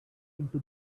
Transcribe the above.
into